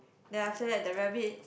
then after that the rabbit